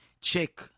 Check